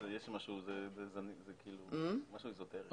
יש משהו, זה משהו איזוטרי.